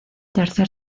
tercer